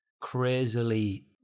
crazily